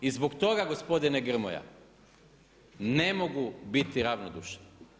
I zbog toga gospodine Grmoja, ne mogu biti ravnodušan.